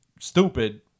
stupid